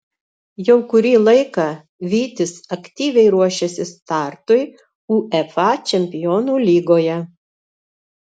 jau kurį laiką vytis aktyviai ruošiasi startui uefa čempionų lygoje